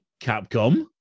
Capcom